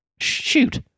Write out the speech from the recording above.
Shoot